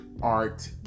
art